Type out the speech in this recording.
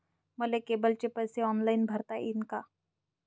मले केबलचे पैसे ऑनलाईन भरता येईन का?